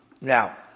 Now